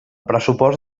pressupost